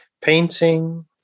painting